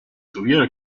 tuviera